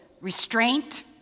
restraint